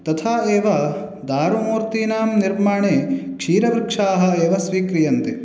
तथा एव दरूमूर्तीणां निर्माणे क्षीरवृक्षाः एव स्वीक्रियन्ते